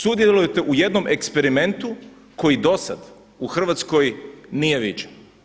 Sudjelujete u jednom eksperimentu koji do sad u Hrvatskoj nije viđen.